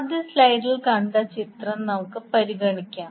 ആദ്യ സ്ലൈഡിൽ കണ്ട ചിത്രം നമുക്ക് പരിഗണിക്കാം